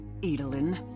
Edelin